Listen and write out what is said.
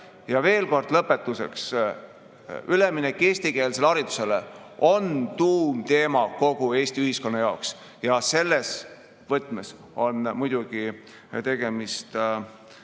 veel kord, lõpetuseks: üleminek eestikeelsele haridusele on tuumteema kogu Eesti ühiskonna jaoks. Selles võtmes on muidugi tegemist